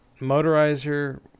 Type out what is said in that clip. Motorizer